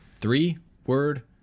Three-word